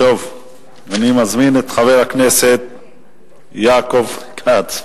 אני מזמין את חבר הכנסת יעקב כץ.